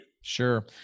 Sure